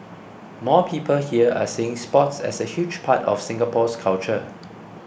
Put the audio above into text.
more people here are seeing sports as a huge part of Singapore's culture